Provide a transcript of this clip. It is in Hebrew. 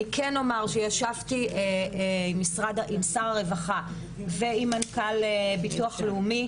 אני כן אומר שישבתי עם שר הרווחה ועם מנכ"ל ביטוח לאומי.